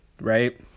right